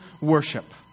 worship